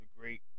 great